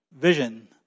vision